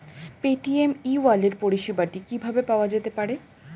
Paytm e wallet পরিষেবাটি কিভাবে পাওয়া যেতে পারে?